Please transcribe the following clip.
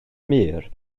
mur